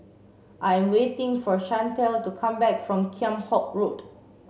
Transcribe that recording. I'm waiting for Chantel to come back from Kheam Hock Road